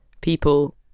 people